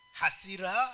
hasira